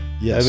Yes